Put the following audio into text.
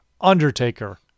Undertaker